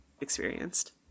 experienced